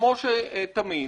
כמו שתמיד